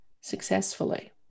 successfully